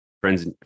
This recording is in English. friends